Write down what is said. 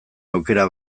aukera